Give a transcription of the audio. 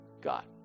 God